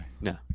no